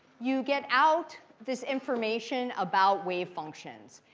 you get out this information about wave functions.